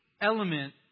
element